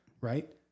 Right